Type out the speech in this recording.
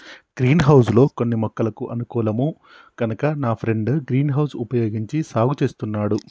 green house లో కొన్ని మొక్కలకు అనుకూలం కనుక నా ఫ్రెండు గ్రీన్ హౌస్ వుపయోగించి సాగు చేస్తున్నాడు